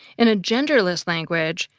in a genderless language,